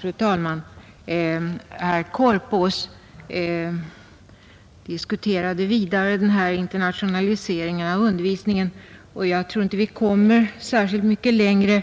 Fru talman! Herr Korpås diskuterade ytterligare internationaliseringen av undervisningen. Jag tror inte att vi kommer så mycket längre.